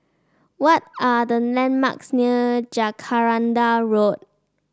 what are the landmarks near Jacaranda Road